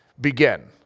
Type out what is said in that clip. begin